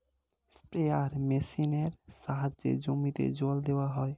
sprayer মেশিনের সাহায্যে জমিতে জল দেওয়া হয়